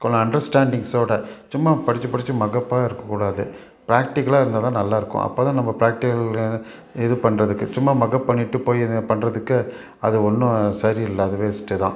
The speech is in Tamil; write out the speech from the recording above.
அண்டர்ஸ்டாண்டிங்ஸோடு சும்மா படித்து படித்து மக்கப்பாக இருக்கக்கூடாது ப்ராக்ட்டிக்கலாக இருந்தால் தான் நல்லாயிருக்கும் அப்போ தான் நம்ம ப்ராக்ட்டிக்கல் இது பண்ணுறதுக்கு சும்மா மக்கப் பண்ணிட்டு போய் இது பண்ணுறதுக்கு அது ஒன்றும் சரியில்லை அது வேஸ்ட்டு தான்